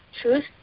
Truth